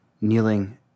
kneeling